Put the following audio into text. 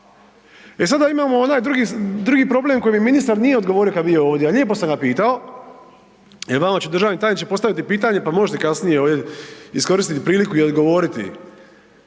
sada imamo onaj drugi problem koji mi ministar nije odgovorio kad je bio ovdje, a lijepo sam ga pitao, e vama ću državni tajniče postaviti pitanje pa možda kasnije iskoristite priliku i odgovoriti.